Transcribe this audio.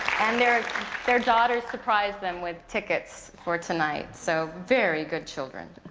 and their their daughter surprised them with tickets for tonight, so very good children.